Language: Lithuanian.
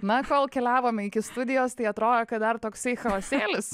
na kol keliavome iki studijos tai atrodo kad dar toksai chaosėlis